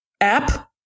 app